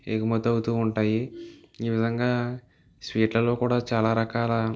ఎగుమతి అవుతు ఉంటాయి ఈ విధంగా స్వీట్లలో కూడా చాలా రకాల